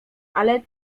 ale